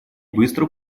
быстро